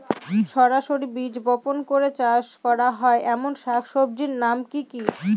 সরাসরি বীজ বপন করে চাষ করা হয় এমন শাকসবজির নাম কি কী?